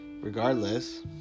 regardless